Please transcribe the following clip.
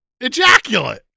Ejaculate